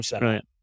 right